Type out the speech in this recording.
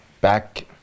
back